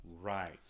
Right